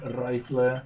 rifle